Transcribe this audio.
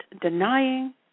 denying